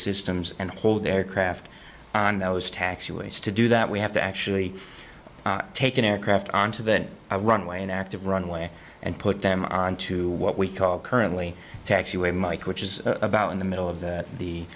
systems and hold aircraft on those taxi ways to do that we have to actually take an aircraft onto that runway an active runway and put them on to what we call currently taxiway mike which is about in the middle of the the